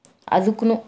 ಅದಕ್ಕೂ